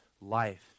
life